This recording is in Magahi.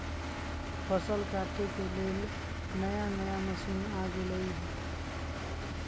फसल काटे के लेल नया नया मशीन आ गेलई ह